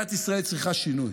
מדינת ישראל צריכה שינוי.